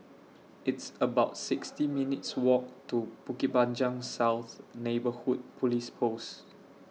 It's about sixty minutes' Walk to Bukit Panjang South Neighbourhood Police Post